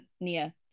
Nia